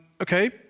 Okay